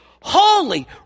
holy